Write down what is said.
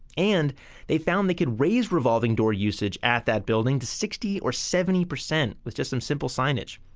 and they found they could raise revolving door usage at that building to sixty or seventy percent with just some simple signage.